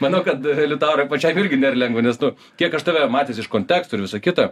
manau kad liutaurai pačiam irgi nėr lengva nes nu kiek aš tave matęs iš konteksto ir visa kita